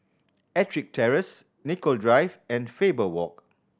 Ettrick Terrace Nicoll Drive and Faber Walk